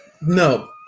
No